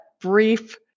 brief